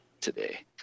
today